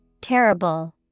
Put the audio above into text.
Terrible